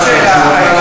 הייתה עוד שאלה.